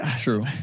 True